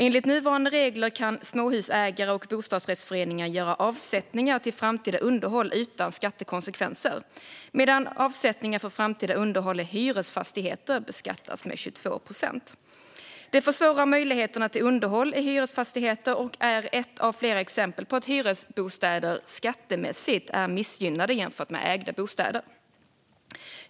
Enligt nuvarande regler kan småhusägare och bostadsrättsföreningar göra avsättningar till framtida underhåll utan skattekonsekvenser, medan avsättningar till framtida underhåll av hyresfastigheter beskattas med 22 procent. Det försvårar möjligheterna till underhåll i hyresfastigheter och är ett av flera exempel på att hyresbostäder skattemässigt är missgynnade jämfört med ägda bostäder.